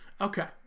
Okay